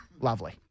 Lovely